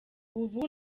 ubu